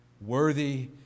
Worthy